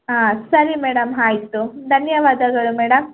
ಹಾಂ ಸರಿ ಮೇಡಮ್ ಆಯಿತು ಧನ್ಯವಾದಗಳು ಮೇಡಮ್